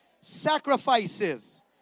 sacrifices